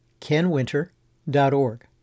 kenwinter.org